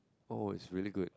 all is really good